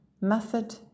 Method